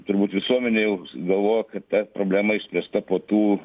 turbūt visuomenė jau galvoja kad ta problema išspręsta po tų